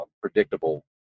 predictable